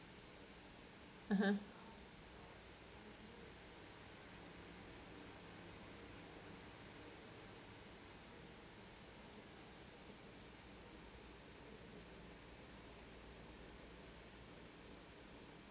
(uh huh)